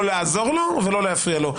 לא לעזור לו ולא להפריע לו.